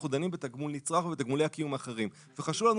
אנחנו דנים בתגמול נצרך ותגמולי הקיום האחרים וחשוב לנו